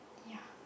yeah